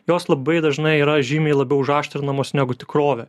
jos labai dažnai yra žymiai labiau užaštrinamos negu tikrovė